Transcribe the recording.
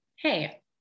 hey